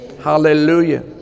Hallelujah